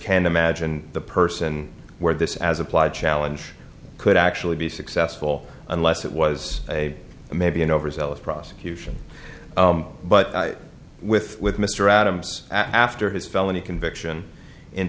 can't imagine the person where this as applied challenge could actually be successful unless it was a maybe an overzealous prosecution but with with mr adams after his felony conviction in